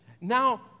Now